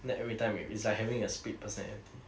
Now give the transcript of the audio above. then everytime rain it's like having a split personality